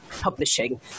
publishing